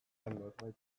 norbaiten